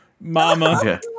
Mama